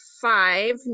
five